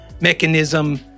mechanism